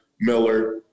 Miller